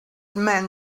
men